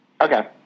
okay